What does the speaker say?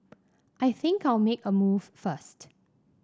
I think I'll make a move first